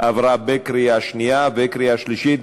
עברה בקריאה שנייה ובקריאה שלישית.